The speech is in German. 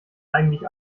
eigentlich